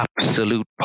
absolute